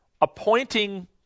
appointing